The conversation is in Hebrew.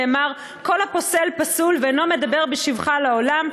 נאמר: כל הפוסל פסול ואינו מדבר בשבחה לעולם.